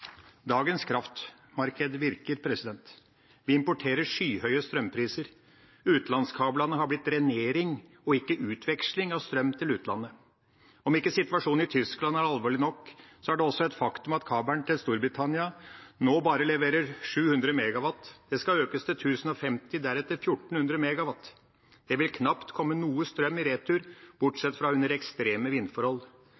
Dagens kraftmarked virker. Vi importerer skyhøye strømpriser. Utenlandskablene har blitt drenering, ikke utveksling av strøm med utlandet. Om ikke situasjonen i Tyskland er alvorlig nok, er det også et faktum at kabelen til Storbritannia nå bare leverer 700 MW. Det skal økes til 1 050 og deretter 1 400 MW. Det vil knapt komme noe strøm i retur,